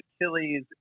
Achilles